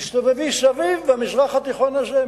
תסתובבי במזרח התיכון הזה,